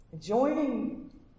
Joining